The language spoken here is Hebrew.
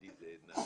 בשבילי זה עדנה.